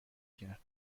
کرد